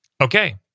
Okay